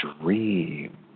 dream